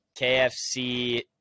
KFC